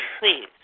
please